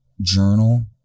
journal